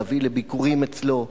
להביא לביקורים אצלו.